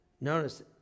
Notice